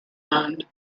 owned